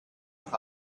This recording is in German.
doch